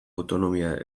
autonomia